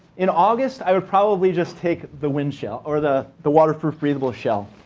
in august, i would probably just take the wind shell, or the the waterproof breathable shell.